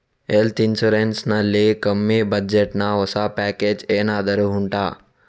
health insurance ನಲ್ಲಿ ಕಮ್ಮಿ budget ನ ಹೊಸ ಪ್ಯಾಕೇಜ್ ಏನಾದರೂ ಉಂಟಾ